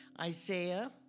Isaiah